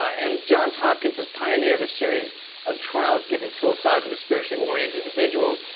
and johns hopkins had pioneered a series of trials giving psilocybin to spiritually oriented individuals,